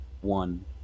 one